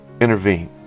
intervene